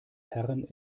herren